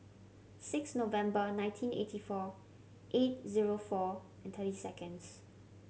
six November nineteen eighty four eight zero four and thirty seconds